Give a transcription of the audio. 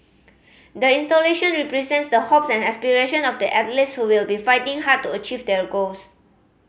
the installation represents the hopes and aspiration of the athletes who will be fighting hard to achieve their goals